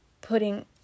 putting